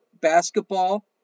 basketball